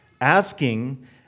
asking